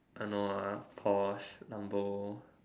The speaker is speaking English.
I know ah !huh! Porsche Lambo